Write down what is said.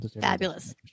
Fabulous